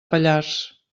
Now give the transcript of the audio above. pallars